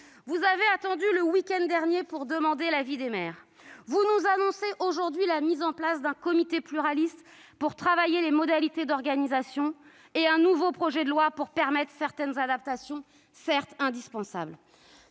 Vous avez attendu le week-end dernier pour demander l'avis des maires. Vous nous annoncez aujourd'hui la mise en place d'un comité pluraliste visant à travailler sur les modalités d'organisation et la préparation d'un nouveau projet de loi pour permettre certaines adaptations, certes indispensables.